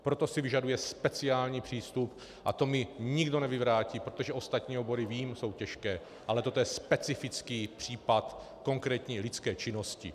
Proto si vyžaduje speciální přístup a to mi nikdo nevyvrátí, protože ostatní obory, vím, jsou těžké, ale toto je specifický případ konkrétní lidské činnosti.